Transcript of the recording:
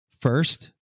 First